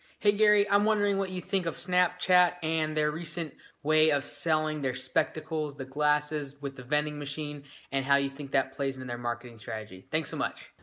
hey gary. i'm wondering what you think of snapchat and their recent way of selling their spectacles, the glasses with the vending machine and how you think that plays in in their marketing strategy? thanks so much.